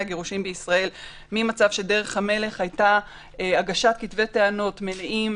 הגירושין בישראל ממצב שדרך המלך היתה הגשת כתבי טענות מלאים